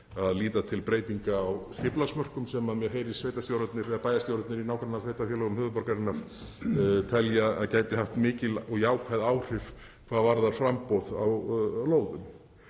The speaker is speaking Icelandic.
að líta til breytinga á skipulagsmörkum sem mér heyrist bæjarstjórarnir í nágrannasveitarfélögum höfuðborgarinnar telja að gætu haft mikil og jákvæð áhrif hvað varðar framboð á lóðum.